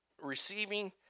Receiving